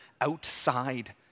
outside